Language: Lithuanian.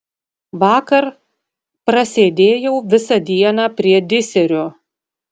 vakar prasėdėjau visą dieną prie diserio